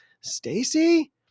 Stacy